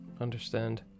understand